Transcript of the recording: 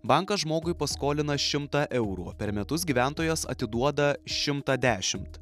bankas žmogui paskolina šimtą eurų per metus gyventojas atiduoda šimtą dešimt